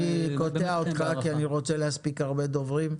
אני קוטע אותך כי אני רוצה להספיק הרבה דוברים.